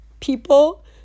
people